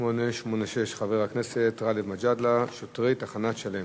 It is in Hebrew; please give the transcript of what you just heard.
שאילתא מס' 1886 של חבר הכנסת גאלב מג'אדלה: שוטרי תחנת "שלם".